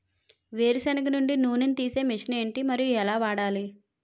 వేరు సెనగ నుండి నూనె నీ తీసే మెషిన్ ఏంటి? మరియు ఎలా వాడాలి?